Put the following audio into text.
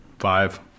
five